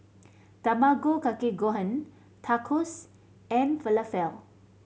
Tamago Kake Gohan Tacos and Falafel